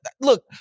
look